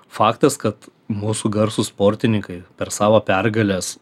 faktas kad mūsų garsūs sportininkai per savo pergales